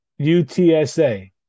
UTSA